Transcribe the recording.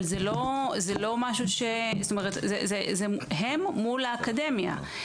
אבל זה הם מול האקדמיה.